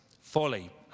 folly